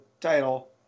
title